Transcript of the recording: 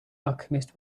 alchemist